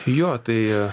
jo tai